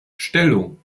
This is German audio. stellung